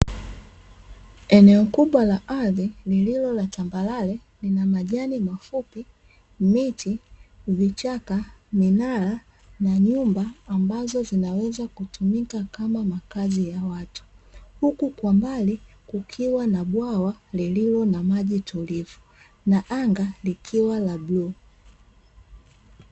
Eneo kubwa la ardhi lililo la tambarare lina majani mafupi, miti, vichaka, minara na nyumba ambazo zinaweza kutumika kama makazi ya watu; huku kwa mbali kukiwa na bwawa lililo na maji tulivu na anga likiwa la bluu.